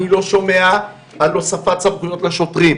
אני לא שומע על הוספת סמכויות לשוטרים.